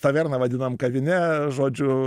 taverną vadinam kavine žodžiu